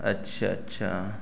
اچھا اچھا